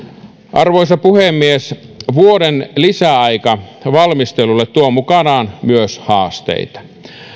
arvoisa puhemies vuoden lisäaika valmistelulle tuo mukanaan myös haasteita